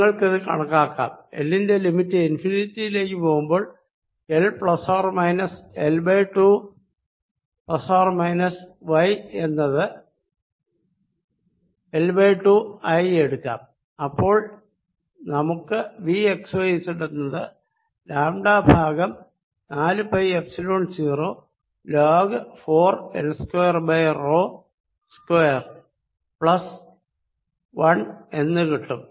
നിങ്ങൾക്കിത് കണക്കാക്കാം L ന്റെ ലിമിറ്റ് ഇൻഫിനിറ്റിയിലേക്ക് പോകുമ്പോൾ L plus or minus L by two plus or minus y എന്നത് L ബൈ ടു ആയി എടുക്കാം അപ്പോൾ നമുക്ക് വി x yz എന്നത് ലാംടാ ഭാഗം നാലു pi epsilon 0 log 4 L2 rho square plus 1 എന്ന് കിട്ടും